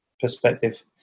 perspective